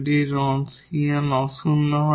যদি এই Wronskian অ শূন্য হয়